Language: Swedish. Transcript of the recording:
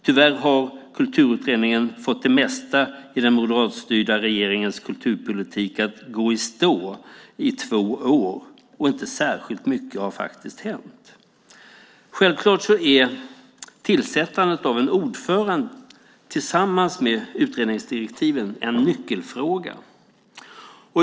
Tyvärr har Kulturutredningen fått det mesta i den moderatstyrda regeringens kulturpolitik att gå i stå i två år, och inte särskilt mycket har hänt. Självklart är tillsättandet av en ordförande tillsammans med utredningsdirektivet en nyckelfråga.